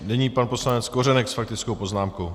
Nyní pan poslanec Kořenek s faktickou poznámkou.